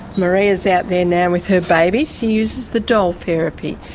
maria is out there now with her babies, she uses the doll therapy,